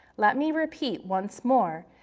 let me repeat once more,